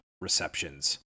receptions